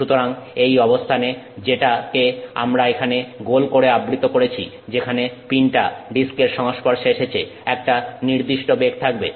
সুতরাং এই অবস্থানে যেটাকে আমি এখানে গোল করে আবৃত করেছি যেখানে পিনটা ডিস্কের সংস্পর্শে এসেছে একটা নির্দিষ্ট বেগ থাকবে